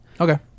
okay